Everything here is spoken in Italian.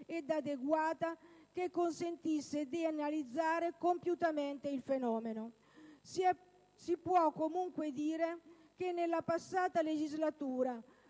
ed adeguata che consentisse di analizzare compiutamente il fenomeno. Si può comunque dire che nella precedente legislatura,